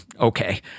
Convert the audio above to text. Okay